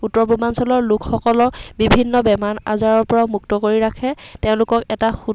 উত্তৰ পূৰ্বাঞ্চলৰ লোকসকলৰ বিভিন্ন বেমাৰ আজাৰৰ পৰাও মুক্ত কৰি ৰাখে তেওঁলোকক এটা সুঠ